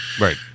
Right